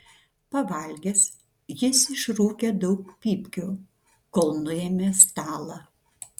pavalgęs jis išrūkė daug pypkių kol nuėmė stalą